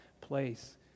place